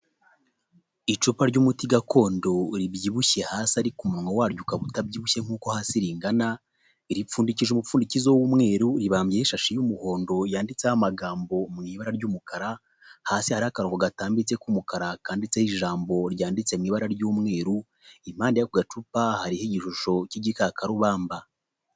Icupa ry'umuti gakondo ribyibushye hasi ariko umunwa waryo ukaba utabyibushye nk'uko hasi ringana, ripfundikije umupfundikizo w'umweru, ribambyeho ishashi y'umuhondo yanditseho amagambo mu ibara ry'umukara, hasi hariho akarongo gatambitse k'umukara kanditseho ijambo ryanditse mu ibara ry'umweru, impande y'ako gacupa hariho igishusho cy'igikakarubamba.